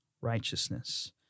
righteousness